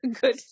good